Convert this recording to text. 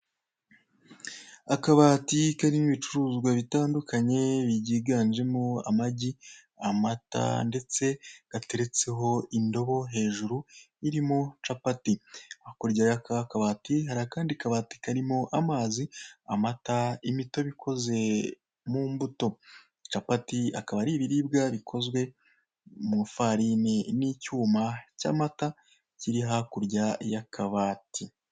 Akabati karimo ibicuruzwa bitandukanye byiganjemo amagi, amata ndetse gateretseho indobo hejuru irimo capati. Hakurya ya kakabati hari akandi kabati karimo amazi, amata, imitobe ikoze mu mbuto. Capati akaba ari ibiribwa bikoze mu farini n'icyuma cy'amata kiri hakurya y'akabati.